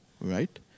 right